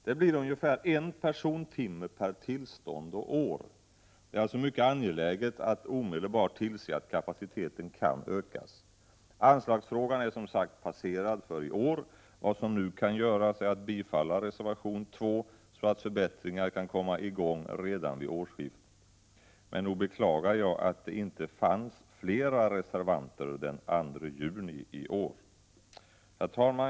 Det blir ungefär en persontimme per tillstånd och år. Det är alltså mycket angeläget att omedelbart tillse att kapaciteten kan ökas. Anslagsfrågan är som sagt passerad för i år. Det som nu kan göras är att bifalla reservation nr 2, så att förbättringar kan komma i gång redan vid årsskiftet. Men nog beklagar jag att det inte fanns flera reservanter den 2 juni iår. Herr talman!